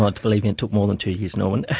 but believe me, it took more than two years, norman.